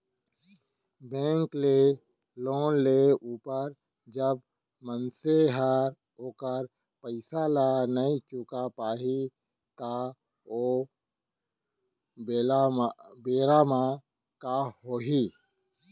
bank ले loan लेय ऊपर जब मनसे ह ओखर पइसा ल नइ चुका पाही त ओ बेरा म काय होही